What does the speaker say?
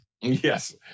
Yes